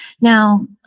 Now